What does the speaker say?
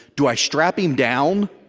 do i strap him down?